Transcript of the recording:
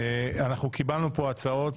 קיבלנו פה הצעות